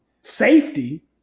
safety